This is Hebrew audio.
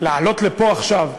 לעלות לפה עכשיו,